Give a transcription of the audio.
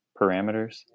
parameters